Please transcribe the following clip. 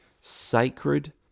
sacred